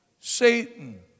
Satan